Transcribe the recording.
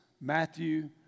Matthew